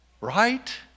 right